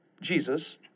Jesus